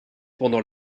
pendant